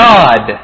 God